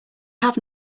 have